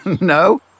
No